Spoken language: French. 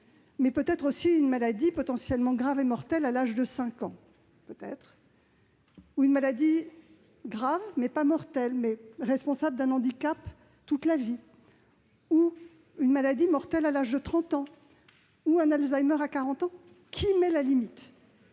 mais peut-être aussi une maladie potentiellement grave et mortelle à l'âge de 5 ans, ou une maladie grave, pas mortelle, mais responsable d'un handicap à vie, ou une maladie mortelle à l'âge de 30 ans ou un Alzheimer à 40 ans. Qui fixera la limite ?